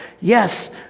Yes